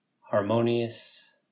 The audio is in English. harmonious